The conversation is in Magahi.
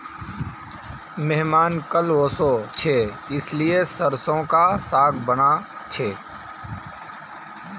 मेहमान कल ओशो छे इसीलिए सरसों का साग बाना छे